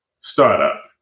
startup